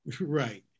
Right